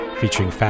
featuring